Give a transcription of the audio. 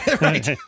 Right